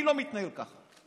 אני לא מתנהל ככה.